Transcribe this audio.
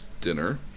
Dinner